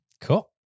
Cool